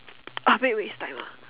a bit waste time ah